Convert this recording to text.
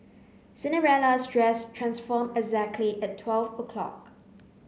Cinderella's dress transformed exactly at twelve o' clock